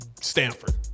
Stanford